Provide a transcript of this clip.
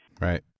Right